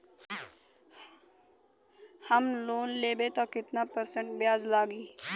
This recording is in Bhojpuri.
हम लोन लेब त कितना परसेंट ब्याज लागी?